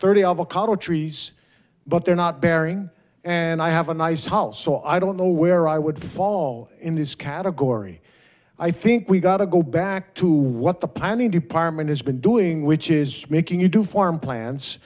avocado trees but they're not bearing and i have a nice house so i don't know where i would fall in this category i think we've got to go back to what the planning department has been doing which is making you do farm plan